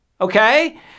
Okay